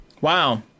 Wow